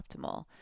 optimal